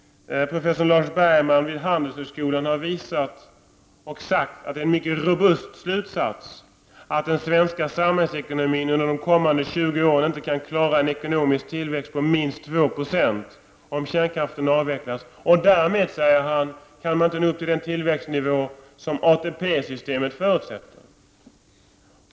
Professor Lars Bergman vid Handelshögskolan har sagt att det är en mycket robust slutsats att den svenska samhällsekonomin under de kommande 20 åren inte kan klara en ekonomisk tillväxt på minst 2 26, om kärnkraften avvecklas, och därmed, säger han, kan man inte nå upp till den tillväxtnivå som ATP-systemet förutsätter.